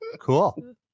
Cool